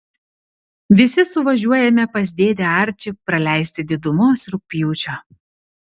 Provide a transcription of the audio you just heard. visi suvažiuojame pas dėdę arčį praleisti didumos rugpjūčio